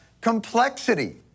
complexity